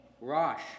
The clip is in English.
Rosh